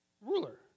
ruler